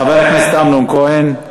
חבר הכנסת אמנון כהן,